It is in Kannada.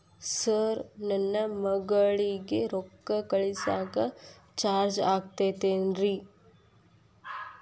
ಸರ್ ನನ್ನ ಮಗಳಗಿ ರೊಕ್ಕ ಕಳಿಸಾಕ್ ಚಾರ್ಜ್ ಆಗತೈತೇನ್ರಿ?